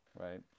right